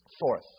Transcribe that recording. Fourth